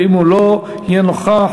ואם הוא לא יהיה נוכח,